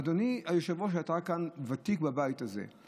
אדוני היושב-ראש, אתה ותיק כאן בבית הזה.